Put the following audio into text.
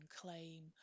claim